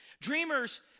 Dreamers